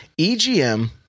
EGM